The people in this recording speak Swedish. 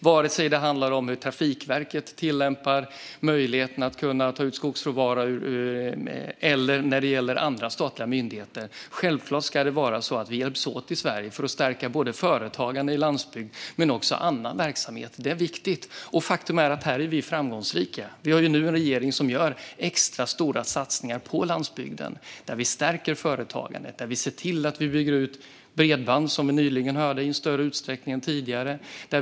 Vare sig det handlar om hur Trafikverket påverkar möjligheten att ta ut skogsråvara eller andra statliga myndigheter ska vi i Sverige självklart hjälpas åt, för att stärka både företagande i landsbygd och annan verksamhet. Det är viktigt. Faktum är att vi är framgångsrika här. Nu har vi en regering som gör extra stora satsningar på landsbygden. Vi stärker företagandet. Vi ser till att bygga ut bredband i större utsträckning än tidigare, vilket vi nyss hörde här.